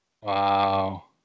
Wow